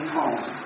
home